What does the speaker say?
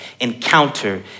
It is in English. encounter